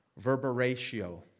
verberatio